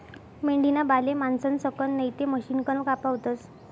मेंढीना बाले माणसंसकन नैते मशिनकन कापावतस